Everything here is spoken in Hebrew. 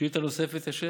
שאילתה נוספת, יא שייח'?